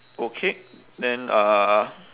okay then uh